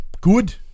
good